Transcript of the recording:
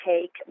take